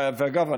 ואגב,